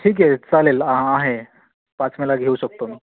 ठीक आहे चालेल आहे पाच मेला घेऊ शकतो मी